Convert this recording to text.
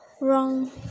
wrong